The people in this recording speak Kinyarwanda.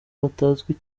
batazwi